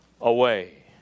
away